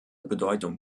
bedeutung